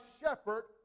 shepherd